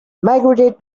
migrated